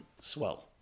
swell